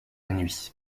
nuit